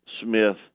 Smith